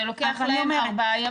זה לוקח ארבעה ימים.